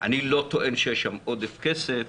אני לא טוען שיש שם עודף כסף,